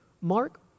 Mark